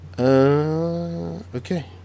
Okay